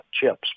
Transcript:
chips